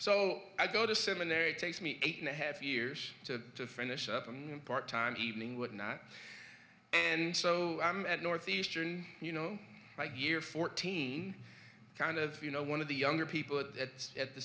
so i go to seminary it takes me eight and a half years to finish up and part time evening whatnot and so i'm at northeastern you know year fourteen kind of you know one of the younger people that at the